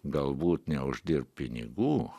galbūt neuždirbt pinigų